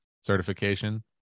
certification